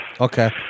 Okay